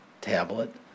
tablet